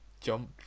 jump